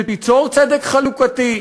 שתיצור צדק חלוקתי,